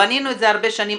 בנינו את זה הרבה שנים,